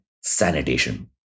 sanitation